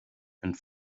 and